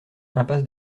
impasse